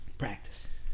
Practice